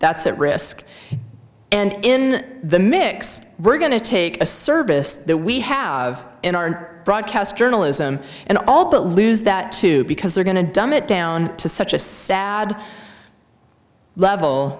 that's at risk and in the mix we're going to take a service that we have in our broadcast journalism and all but lose that too because they're going to dumb it down to such a sad level